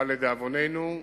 אבל לדאבוננו,